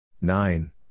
Nine